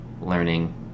learning